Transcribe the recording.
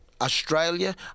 Australia